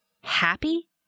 happy